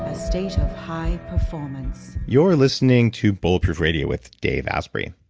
a state of high performance you're listening to bulletproof radio with dave asprey.